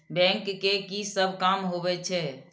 Bank के की सब काम होवे छे?